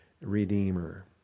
redeemer